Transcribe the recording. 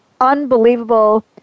unbelievable